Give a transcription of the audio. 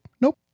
Nope